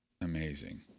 amazing